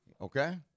Okay